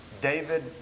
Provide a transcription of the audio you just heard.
David